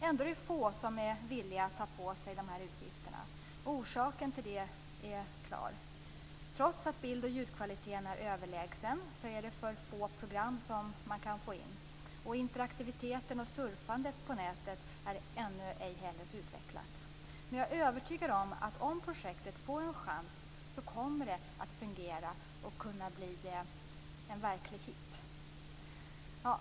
Ändå är det få som är villiga att ta på sig dessa utgifter, och orsaken till detta är klar: Trots att bild och ljudkvaliteten är överlägsen är det för få program som man kan få in. Interaktiviteten och surfandet på nätet är ännu ej så utvecklat, men jag är övertygad om att om projektet får en chans så kommer det att fungera. Det kommer att kunna bli en verklig hit.